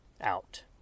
out